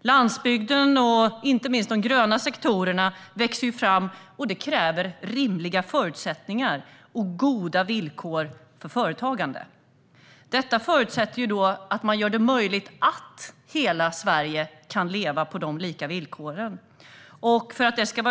Landsbygden och inte minst de gröna sektorerna växer. Det kräver rimliga förutsättningar och goda villkor för företagande. Detta förutsätter att man gör det möjligt för människor i hela Sverige att leva på lika villkor.